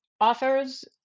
authors